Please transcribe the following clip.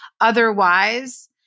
Otherwise